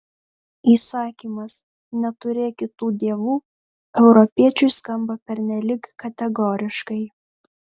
įsakymas neturėk kitų dievų europiečiui skamba pernelyg kategoriškai